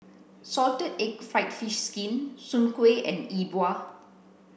salted egg fried fish skin soon kuih and yi bua